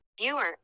Viewer